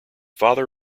father